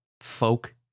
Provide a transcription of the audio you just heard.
folk